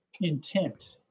intent